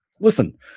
listen